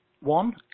one